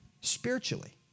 Spiritually